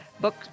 Book